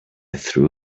threw